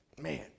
Man